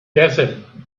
desert